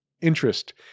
interest